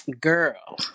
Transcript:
girl